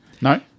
No